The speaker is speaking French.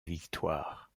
victoire